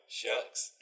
Shucks